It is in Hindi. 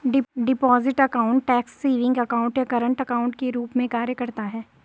deposit account tax savings account या करंट अकाउंट के रूप में कार्य करता है